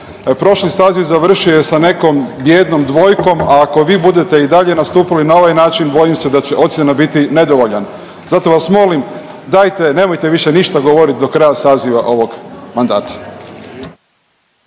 Prošli saziv završio je sa nekom bijednom dvojkom, a ako vi budete i dalje nastupali na ovaj način, bojim se da će ocjena biti nedovoljan. Zato vas molim dajte nemojte više ništa govorit do kraja saziva ovog mandata.